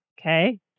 okay